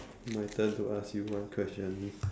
my turn to ask you one question